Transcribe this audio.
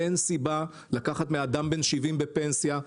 אין סיבה שאדם בן 70 בפנסיה,